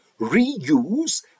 reuse